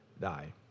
die